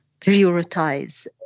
prioritize